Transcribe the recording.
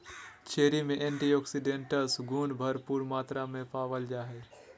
cherry में antioxidants गुण भरपूर मात्रा में पावल जा हइ